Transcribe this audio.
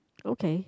okay